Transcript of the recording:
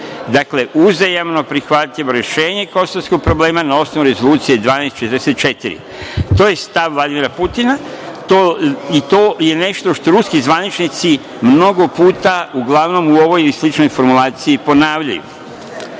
Dakle, uzajamno prihvatljivo rešenje kosovskog problema na osnovu Rezolucije 1244. To je stav Vladimira Putina i to je nešto što ruski zvaničnici mnogo puta, uglavnom u ovoj sličnoj formulaciji ponavljaju